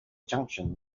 junction